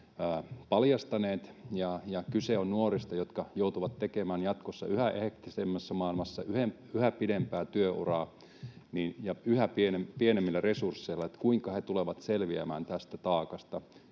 paljastaneet, ja kyse on nuorista, jotka joutuvat tekemään jatkossa yhä hektisemmässä maailmassa yhä pidempää työuraa ja yhä pienemmillä resursseilla. Kuinka he tulevat selviämään tästä taakasta?